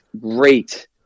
great